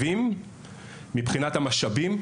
צריכים להפוך אותם שווים מבחינת הקצאת משאבים,